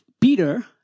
Peter